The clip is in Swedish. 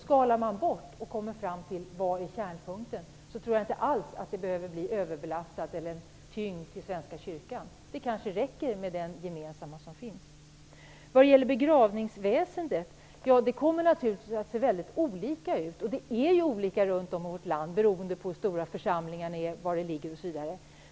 Skalar man bort detta och kommer fram till kärnpunkten tror jag inte alls att det behöver bli överbelastat eller en tyngd för Svenska kyrkan. Det kanske räcker med den gemensamma lag som finns. Begravningsväsendet kommer naturligtvis att se väldigt olika ut. Det är ju olika runt om i vårt land beroende på hur stora församlingarna är, vad de ligger osv.